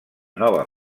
nova